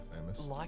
famous